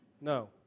No